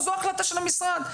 זאת החלטה של המשרד.